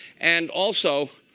and also,